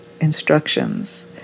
instructions